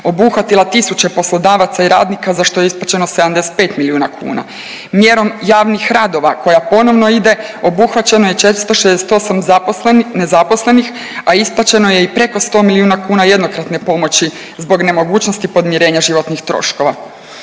obuhvatila tisuće poslodavaca i radnika za što je isplaćeno 75 milijuna kuna. Mjerom javnih radova koja ponovno ide obuhvaćeno je 468 zaposlenih, nezaposlenih, a isplaćeno je i preko 100 milijuna kuna jednokratne pomoći zbog nemogućnosti podmirenja životnih troškova.